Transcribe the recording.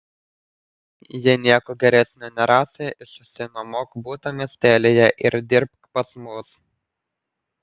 jeigu nieko geresnio nerasi išsinuomok butą miestelyje ir dirbk pas mus